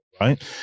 right